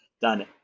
done